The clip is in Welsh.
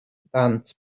ddant